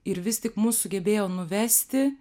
ir vis tik mus sugebėjo nuvesti